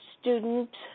student